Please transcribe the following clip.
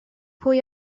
pwy